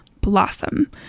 Blossom